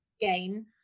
gain